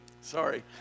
Sorry